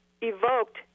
evoked